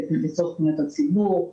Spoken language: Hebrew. לצורך פניות הציבור,